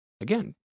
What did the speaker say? Again